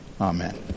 Amen